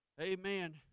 Amen